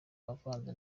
uvanze